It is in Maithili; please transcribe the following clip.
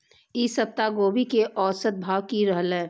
ई सप्ताह गोभी के औसत भाव की रहले?